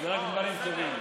זה רק דברים טובים.